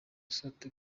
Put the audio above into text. sata